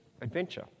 adventure